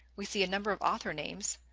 we see a number of author names,